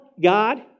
God